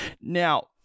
Now